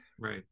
Right